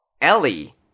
Ellie